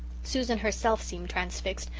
susan herself seemed transfixed,